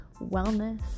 wellness